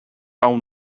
own